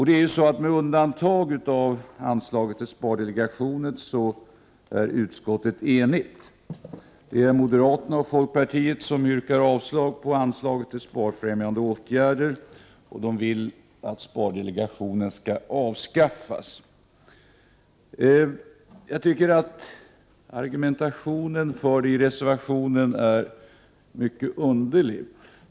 Med undantag av frågan om anslag till spardelegationen är utskottet enigt. Moderaterna och folkpartiet yrkar avslag på anslaget till sparfrämjande åtgärder. De vill att spardelegationen skall avskaffas. Argumentationen i reservationen är mycket underlig.